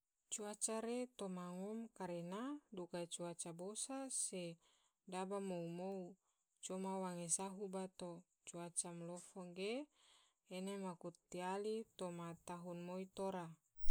Cuaca re toma ngom karena duga cuaca bosa daba mou mou, coma wange sahu bato, cuaca malofo ge ene maku tiali toma tahun moi tora.